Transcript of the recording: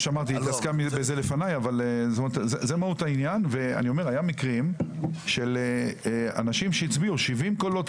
היו מקרים של אדם שקיבל 70 קולות,